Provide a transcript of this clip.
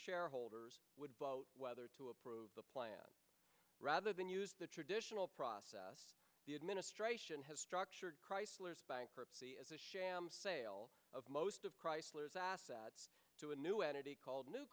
shareholders would vote whether to approve the plan rather than use the traditional process the administration has structured chrysler's bankruptcy as a sham sale of most of chrysler's assets to a new entity called new